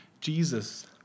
Jesus